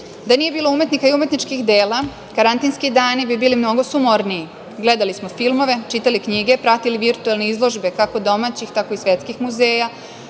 nije bilo umetnika i umetničkih dela, karantinski dani bi bili mnogo sumorniji. Gledali smo filmove, čitali knjige, pratili virtuelne izložbe kako domaćih, tako i svetskih muzeja,